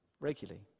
regularly